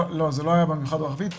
לא, זה לא היה מיוחד בחברה הערבית.